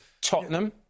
Tottenham